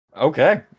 Okay